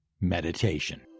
meditation